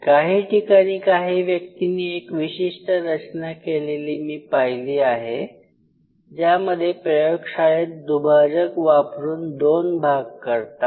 काही ठिकाणी काही व्यक्तींनी एक विशिष्ट रचना केलेली मी पाहिली आहे ज्यामध्ये प्रयोगशाळेत दुभाजक वापरुन दोन भाग करतात